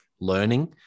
learning